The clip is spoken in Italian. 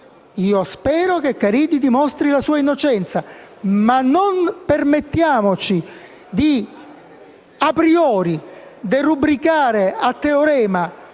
Io spero che Caridi dimostri la sua innocenza. Ma non permettiamoci, *a priori*, di derubricare a teorema